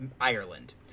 Ireland